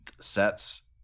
sets